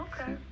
Okay